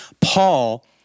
Paul